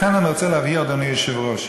לכן אני רוצה להבהיר, אדוני היושב-ראש,